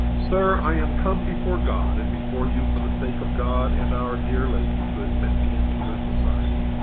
sir, i am come before god and before you for the sake of god and our dear lady, to admit me into your society,